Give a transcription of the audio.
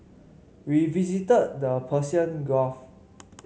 we visited the Persian Gulf